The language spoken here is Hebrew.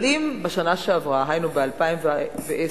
אבל אם בשנה שעברה, דהיינו ב-2010,